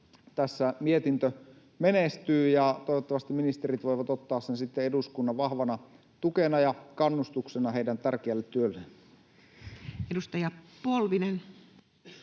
tässä mietintö menestyy. Toivottavasti ministerit voivat ottaa sen sitten eduskunnan vahvana tukena ja kannustuksena heidän tärkeälle työlleen. Edustaja Polvinen.